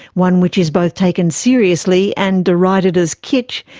one which is both taken seriously and derided as kitsch,